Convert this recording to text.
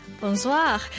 Bonsoir